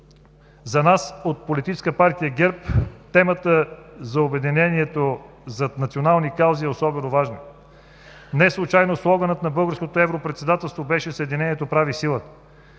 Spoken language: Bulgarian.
За нас от Политическа партия ГЕРБ темата за обединение зад национални каузи е особено важна, неслучайно слоганът на Българското европредседателство беше „Съединението прави силата“.